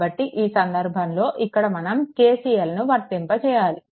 కాబట్టి ఈ సందర్భంలో ఇక్కడ మనం KCLను వర్తింపచేయాలి